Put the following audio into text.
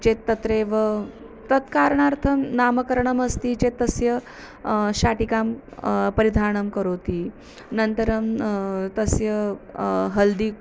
चेत् तत्रैव तत्कारणार्थं नामकरणमस्ति चेत् तस्य शाटिकां परिधानं करोति अनन्तरं तस्य हल्दि